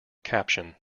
caption